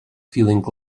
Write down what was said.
feeling